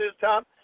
Tom